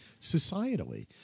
societally